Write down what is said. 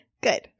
Good